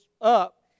up